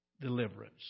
deliverance